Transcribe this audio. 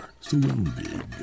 surrounded